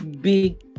big